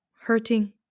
hurting